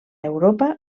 europa